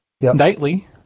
nightly